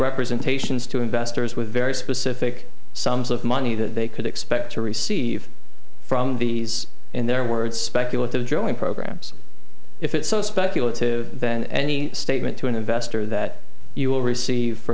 representations to investors with very specific sums of money that they could expect to receive from these in their words speculative joint programs if it's so speculative then any statement to an investor that you will receive for